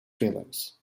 feelings